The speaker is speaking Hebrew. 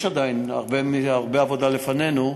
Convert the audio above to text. יש עדיין הרבה עבודה לפנינו,